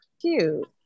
Cute